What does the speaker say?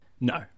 No